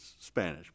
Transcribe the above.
Spanish